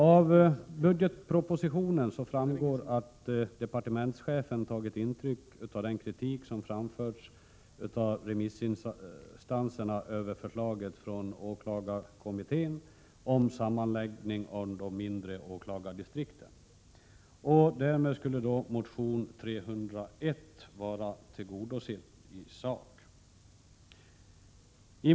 Av budgetpropositionen framgår att departementschefen tagit intryck av den kritik som remissinstanserna framfört över förslaget från åklagarkommittén om sammanläggning av de mindre åklagardistrikten. Därmed skulle motion Ju301 vara tillgodosedd i sak.